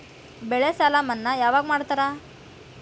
ಬೆಳೆ ಸಾಲ ಮನ್ನಾ ಯಾವಾಗ್ ಮಾಡ್ತಾರಾ?